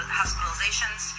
hospitalizations